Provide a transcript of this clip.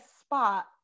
spot